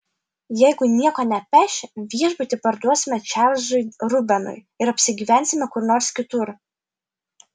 jeigu nieko nepeši viešbutį parduosime čarlzui rubenui ir apsigyvensime kur nors kitur